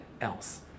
else